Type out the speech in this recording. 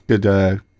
good